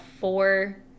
four